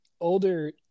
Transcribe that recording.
older